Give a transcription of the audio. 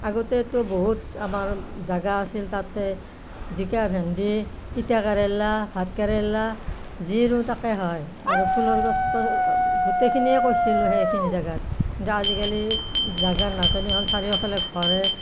আগতেতো বহুত আমাৰ জেগা আছিল তাতে জিকা ভেন্দি তিতাকেৰেলা ভাতকেৰেলা যি ৰুওঁ তাকে হয় আৰু ফুলৰ গছটো গোটেইখিনিয়ে কৰিছিলোঁ সেইখিনি জেগাত কিন্তু আজিকালি জেগা নাটনি হ'ল চাৰিওফালে ঘৰে